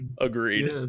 Agreed